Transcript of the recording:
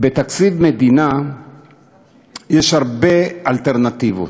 בתקציב מדינה יש הרבה אלטרנטיבות.